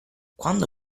quando